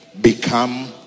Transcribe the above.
become